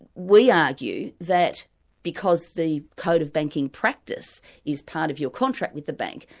we argue that because the code of banking practice is part of your contract with the bank,